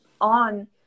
on